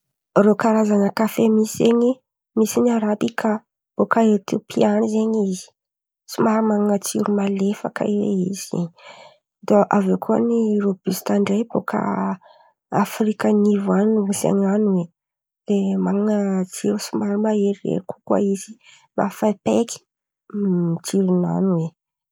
Rô karazan̈a kafe misy zen̈y misy, zen̈y misy ny arabikà bôka Etôpia an̈y zen̈y izy, somary man̈ana tsiro malefaka ze izy, de aviô koa ny rôbista ndray bôka Afrika an̈ivo an̈y misy an̈any de man̈an̈a tsiro somary maherihery kokoa izy, mafaipaiky tsiron̈any oe.